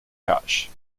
cash